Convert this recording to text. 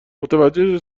متوجه